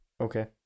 Okay